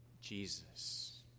Jesus